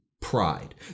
pride